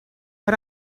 but